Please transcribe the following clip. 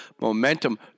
momentum